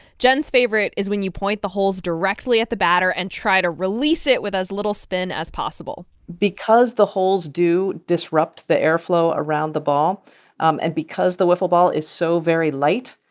jenn's favorite is when you point the holes directly at the batter and try to release it with as little spin as possible because the holes do disrupt the airflow around the ball um and because the wiffle ball is so very light,